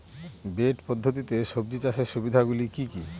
Bed পদ্ধতিতে সবজি চাষের সুবিধাগুলি কি কি?